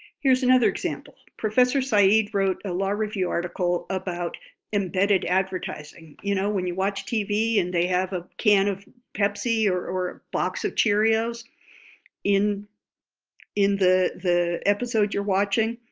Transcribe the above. here's another example professor so said wrote a law review article about embedded advertising. you know when you watch tv and they have a can of pepsi or or box of cheerios in in the the episode you're watching?